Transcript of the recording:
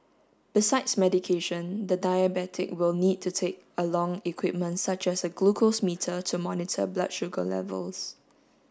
besides medication the diabetic will need to take along equipment such as a glucose meter to monitor blood sugar levels